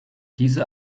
diese